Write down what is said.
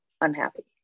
unhappy